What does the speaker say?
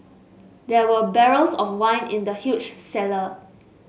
there were barrels of wine in the huge cellar